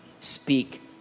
speak